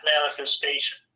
manifestation